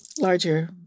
larger